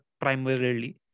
primarily